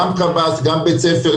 גם -- -גם בית ספר,